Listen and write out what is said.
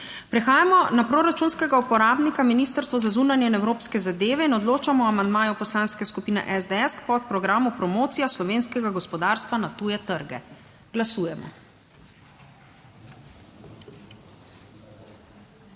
Prehajamo na proračunskega uporabnika Ministrstvo za zunanje in evropske zadeve. Odločamo o amandmaju Poslanske skupine SDS k podprogramu Promocija slovenskega gospodarstva na tuje trge. Glasujemo.